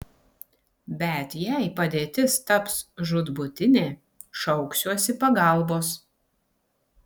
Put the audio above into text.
bet jei padėtis taps žūtbūtinė šauksiuosi pagalbos